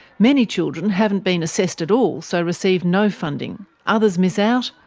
many children haven't been assessed at all, so receive no funding others miss out,